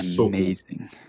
Amazing